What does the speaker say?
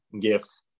gift